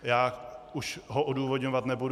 Já už ho odůvodňovat nebudu.